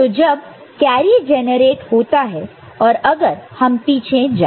तो जब carry generate होता है और अगर हम पीछे जाए